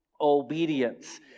obedience